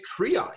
triage